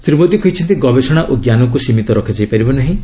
ଶ୍ରୀ ମୋଦୀ କହିଛନ୍ତି ଗବେଷଣା ଓ ଜ୍ଞାନକୁ ସୀମିତ ରଖାଯାଇ ପାରିବ ନାହିଁ